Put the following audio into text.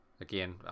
Again